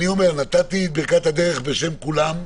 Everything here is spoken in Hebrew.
נתתי את ברכת הדרך בשם כולם.